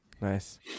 Nice